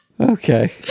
Okay